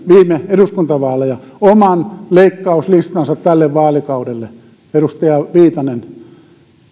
viime eduskuntavaaleja oman leikkauslistansa tälle vaalikaudelle edustaja viitanen